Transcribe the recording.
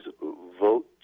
vote